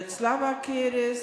בצלב הקרס,